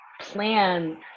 plan